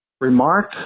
remark